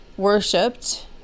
Worshipped